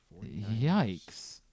Yikes